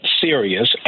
serious